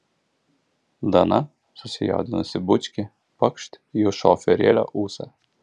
dana susijaudinusi bučkį pakšt į šoferėlio ūsą